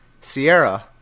Sierra